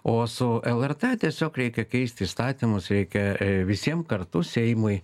o su lrt tiesiog reikia keist įstatymus reikia visiem kartu seimui